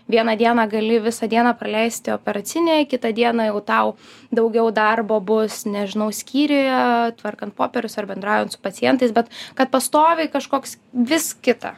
vieną dieną gali visą dieną praleisti operacinėje kitą dieną jau tau daugiau darbo bus nežinau skyriuje tvarkant popierius ar bendraujant su pacientais bet kad pastoviai kažkoks vis kita